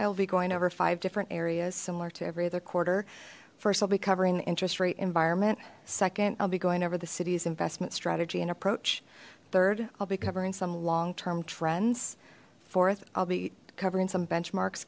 i will be going over five different areas similar to every other quarter first i'll be covering the interest rate environment second i'll be going over the city's investment strategy and approach third i'll be covering some long term trends fourth i'll be covering some benchmark